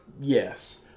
Yes